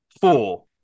four